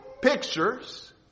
pictures